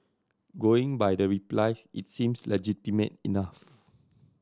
going by the reply its seems legitimate enough